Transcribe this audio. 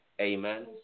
amen